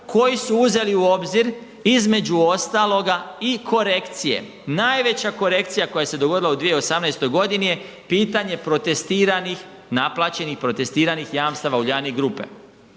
koji su uzeli u obzir između ostaloga i korekcije. Najveća korekcija koja se dogodila u 2018. godini je pitanje protestiranih, naplaćenih protestiranih jamstava Uljanik grupe.